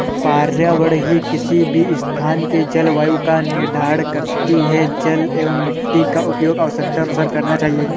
पर्यावरण ही किसी भी स्थान के जलवायु का निर्धारण करती हैं जल एंव मिट्टी का उपयोग आवश्यकतानुसार करना चाहिए